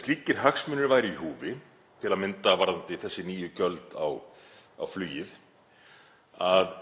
Slíkir hagsmunir væru í húfi, til að mynda varðandi þessi nýju gjöld á flugið, að